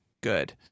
good